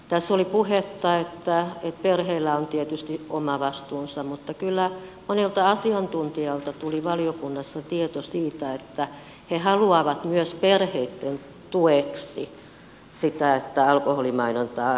tässä oli puhetta että perheillä on tietysti oma vastuunsa mutta kyllä monelta asiantuntijalta tuli valiokunnassa tieto siitä että he haluavat myös perheitten tueksi sitä että alkoholimainontaa rajoitetaan